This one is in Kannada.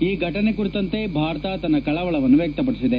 ಈ ಘಟನೆ ಕುರಿತಂತೆ ಭಾರತ ತನ್ನ ಕಳವಳವನ್ನು ವ್ಯಕ್ತಪಡಿಸಿದೆ